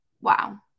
Wow